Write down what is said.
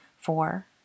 four